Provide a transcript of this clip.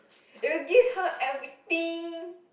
it will give her everything